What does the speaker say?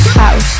house